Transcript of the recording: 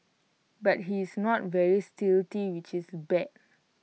but he is not very stealthy which is bad